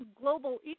global